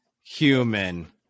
human